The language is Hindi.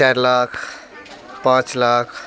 चार लाख पाँच लाख